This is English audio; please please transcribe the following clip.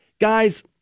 Guys